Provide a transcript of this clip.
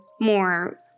more